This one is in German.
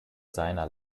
seiner